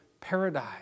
paradise